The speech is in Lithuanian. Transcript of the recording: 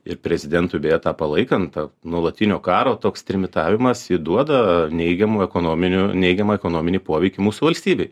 ir prezidentui beje tą palaikant nuolatinio karo toks trimitavimas įduoda neigiamų ekonominių neigiamą ekonominį poveikį mūsų valstybei